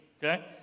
Okay